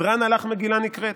הדרן עלך מגילה נקראת.